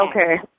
Okay